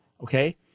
Okay